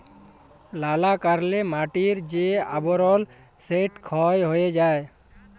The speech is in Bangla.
লালা কারলে মাটির যে আবরল সেট ক্ষয় হঁয়ে যায়